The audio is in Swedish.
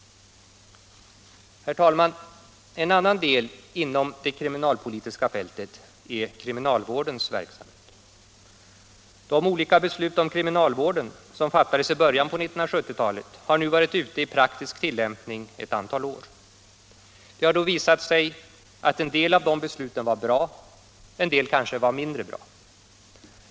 Herr talman! En annan del inom det kriminalpolitiska fältet är kriminalvårdens verksamhet. De olika beslut om kriminalvården som fattades i början på 1970-talet har nu varit ute i praktisk tillämpning ett antal år. Det har då visat sig att en del av de besluten var bra, en del kanske var mindre bra.